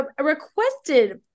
requested